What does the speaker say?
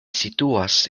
situas